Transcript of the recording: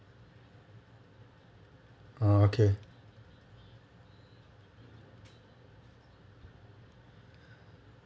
ah okay